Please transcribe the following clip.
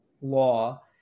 law